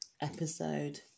episode